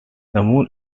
moon